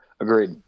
Agreed